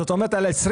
זאת אומרת על 24'